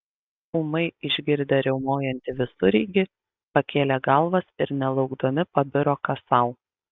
ūmai išgirdę riaumojantį visureigį pakėlė galvas ir nelaukdami pabiro kas sau